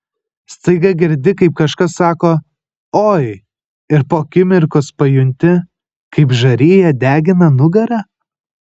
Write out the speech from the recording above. staiga girdi kaip kažkas sako oi ir po akimirkos pajunti kaip žarija degina nugarą